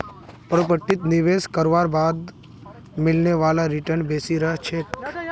प्रॉपर्टीत निवेश करवार बाद मिलने वाला रीटर्न बेसी रह छेक